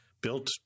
built